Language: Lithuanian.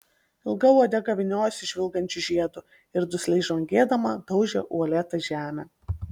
ilga uodega vyniojosi žvilgančiu žiedu ir dusliai žvangėdama daužė uolėtą žemę